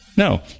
No